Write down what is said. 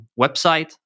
website